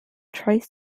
tries